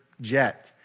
jet